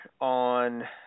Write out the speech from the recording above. on